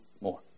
more